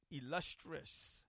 illustrious